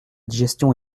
digestion